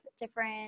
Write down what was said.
different